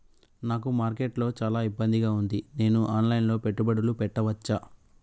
నాకు మార్కెట్స్ లో చాలా ఇబ్బందిగా ఉంది, నేను ఆన్ లైన్ లో పెట్టుబడులు పెట్టవచ్చా?